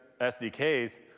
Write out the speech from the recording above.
SDKs